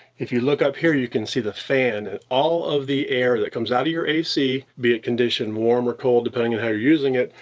if you look up here, you can see the fan and all of the air that comes out of your a c, be it conditioned warm or cold, depending on how you're using it,